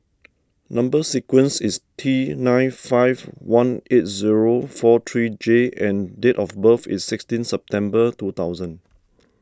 Number Sequence is T nine five one eight zero four three J and date of birth is sixteen September two thousand